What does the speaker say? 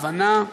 הבנה,